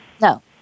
No